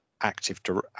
active